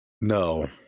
No